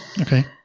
okay